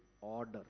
order